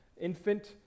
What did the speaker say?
Infant